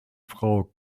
frau